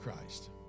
Christ